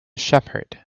shepherd